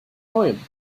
neuem